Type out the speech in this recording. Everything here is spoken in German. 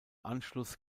anschluss